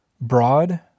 Broad